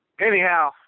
anyhow